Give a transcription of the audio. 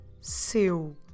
SEU